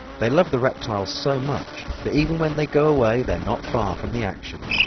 they love the reptiles so much that even when they go away they're not far from the action.